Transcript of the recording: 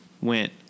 went